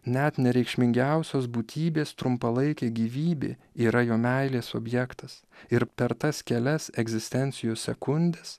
net nereikšmingiausios būtybės trumpalaikė gyvybė yra jo meilės objektas ir per tas kelias egzistencijos sekundes